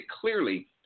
clearly